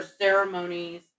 ceremonies